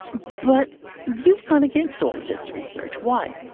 but you've gone against all this research. why?